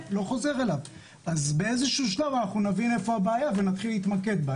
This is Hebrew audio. נבין איפה הבעיה ונתחיל להתמקד בה,